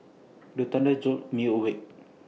the thunder jolt me awake